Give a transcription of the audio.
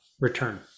return